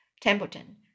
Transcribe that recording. Templeton